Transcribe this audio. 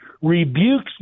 rebukes